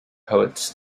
poets